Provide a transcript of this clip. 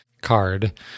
card